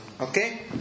Okay